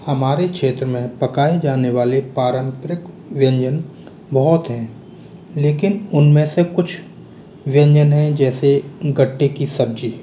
हमारे क्षेत्र में पकाये जाने वाले पारम्परिक व्यंजन बहुत हैं लेकिन उनमें से कुछ व्यंजन हैं जैसे गट्टे की सब्ज़ी